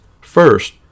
First